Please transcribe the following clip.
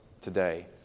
today